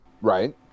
Right